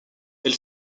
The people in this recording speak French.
elle